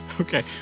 okay